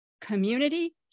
community